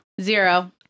zero